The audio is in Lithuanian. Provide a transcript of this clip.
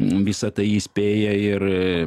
visą tai įspėja ir